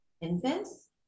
infants